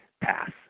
pass